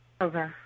Okay